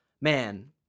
man